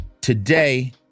Today